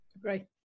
Great